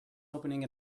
opening